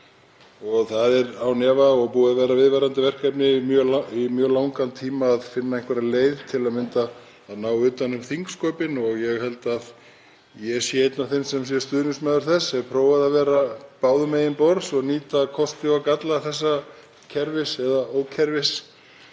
og það er án efa búið að vera viðvarandi verkefni í mjög langan tíma að finna einhverja leið, til að mynda að ná utan um þingsköpin. Ég held að ég sé einn af þeim sem er stuðningsmaður þess. Ég hef prófað að vera báðum megin borðs og nýta kosti og galla þessa kerfis eða ókerfis